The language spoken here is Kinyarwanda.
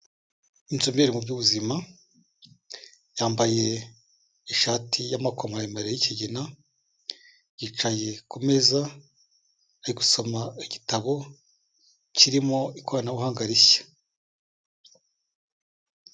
Inzobere mu by'ubuzima, yambaye ishati y'amako maremare y'ikigina, yicaye ku meza ari gusoma igitabo kirimo ikoranabuhanga rishya.